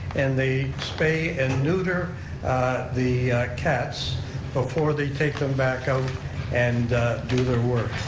and they spay and neuter the cats before they take them back out and do their work,